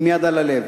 עם יד על הלב,